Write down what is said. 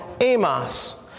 Amos